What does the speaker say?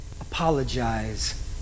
apologize